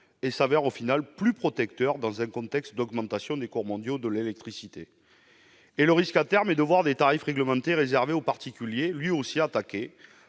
et se révèlent au final plus protecteurs dans un contexte d'augmentation des cours mondiaux de l'électricité. Le risque, à terme, est de voir les tarifs réglementés réservés aux particuliers eux aussi attaqués,